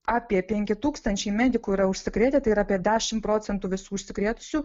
apie penki tūkstančiai medikų yra užsikrėtę tai yra apie dešimt procentų visų užsikrėtusių